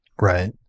Right